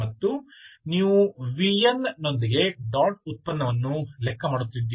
ಮತ್ತು ನೀವು vn ನೊಂದಿಗೆ ಡಾಟ್ ಉತ್ಪನ್ನವನ್ನು ಲೆಕ್ಕ ಮಾಡುತ್ತಿದ್ದೀರಿ